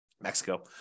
Mexico